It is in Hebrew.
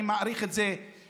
אני מאריך את זה ל-2021.